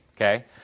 okay